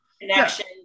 connection